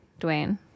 Dwayne